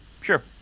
sure